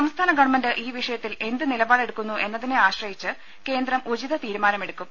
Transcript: സംസ്ഥാന ഗവൺമെന്റ് ഈ വിഷയത്തിൽ എന്ത് നിലപാടെടുക്കുന്നു എന്നതിനെ ആശ്ര യിച്ച് കേന്ദ്രം ഉചിത തീരുമാനമെടുക്കും